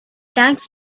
tax